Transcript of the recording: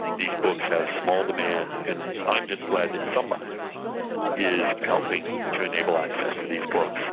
these books have small demand, and i'm just glad that somebody is helping to enable access to these books.